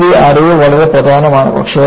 നമ്മൾ നേടിയ അറിവ് വളരെ പ്രധാനമാണ്